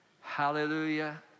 hallelujah